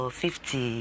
fifty